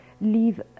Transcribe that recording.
leave